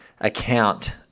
account